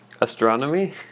Astronomy